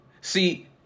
See